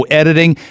editing